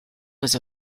was